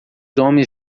homens